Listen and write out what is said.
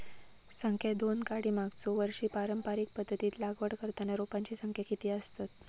संख्या दोन काडी मागचो वर्षी पारंपरिक पध्दतीत लागवड करताना रोपांची संख्या किती आसतत?